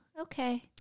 Okay